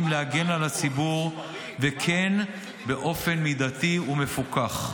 להגן על הציבור וכן באופן מידתי ומפוקח.